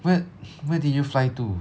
whe~ where did you fly to